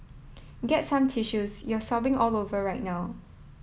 get some tissues you're sobbing all over right now